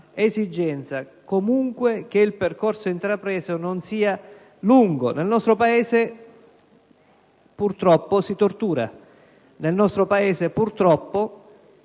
l'esigenza che il percorso intrapreso non sia lungo. Nel nostro Paese purtroppo si tortura. Nel nostro Paese purtroppo